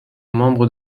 membre